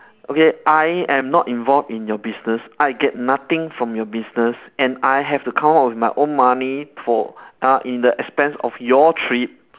okay I am not involved in your business I get nothing from your business and I have to come out with my own money for uh in the expense of your trip